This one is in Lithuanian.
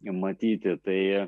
matyti tai